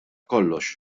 kollox